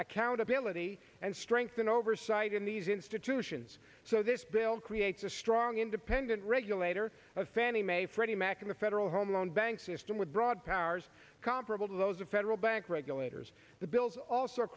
accountability and strengthen oversight in these institutions so this bill creates a strong independent regulator of fannie mae freddie macin the federal home loan bank system with broad powers comparable to those of federal bank regulators the bills also